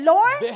Lord